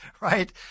right